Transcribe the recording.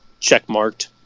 checkmarked